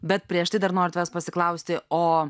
bet prieš tai dar noriu tavęs pasiklausti o